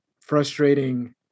frustrating